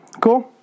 Cool